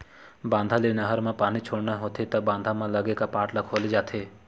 बांधा ले नहर म पानी छोड़ना होथे त बांधा म लगे कपाट ल खोले जाथे